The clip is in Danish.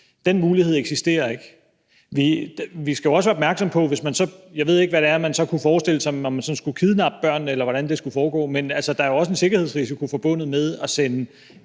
Den mulighed eksisterer ikke. Jeg ved ikke, hvad det så er, man kan forestille sig, om man sådan skulle kidnappe børnene, eller hvordan det skulle foregå, men der er jo også en sikkerhedsrisiko forbundet med at sende